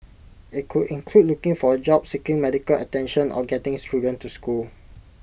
IT could include looking for A job seeking medical attention or getting children to school